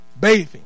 bathing